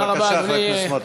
בבקשה, חבר הכנסת סמוטריץ.